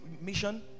mission